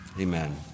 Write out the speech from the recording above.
Amen